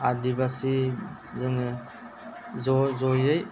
आदिबासि जोङो ज' ज'यै